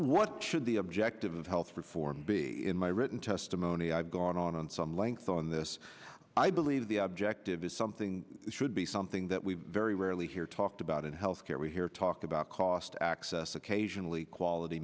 what should the objective of health reform be in my written testimony i've gone on on some length on this i believe the objective is something should be something that we very rarely hear talked about in health care we hear talk about cost access occasionally quality